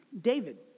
David